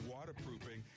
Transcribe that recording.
Waterproofing